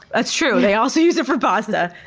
that's true. they also used it for pasta.